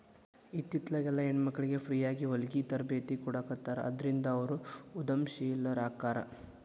ಇತ್ತಿತ್ಲಾಗೆಲ್ಲಾ ಹೆಣ್ಮಕ್ಳಿಗೆ ಫ್ರೇಯಾಗಿ ಹೊಲ್ಗಿ ತರ್ಬೇತಿ ಕೊಡಾಖತ್ತಾರ ಅದ್ರಿಂದ ಅವ್ರು ಉದಂಶೇಲರಾಕ್ಕಾರ